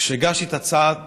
כשהגשתי את ההצעה